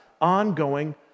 ongoing